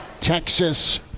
Texas